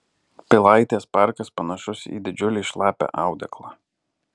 pilaitės parkas panašus į didžiulį šlapią audeklą